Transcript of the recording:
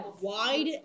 wide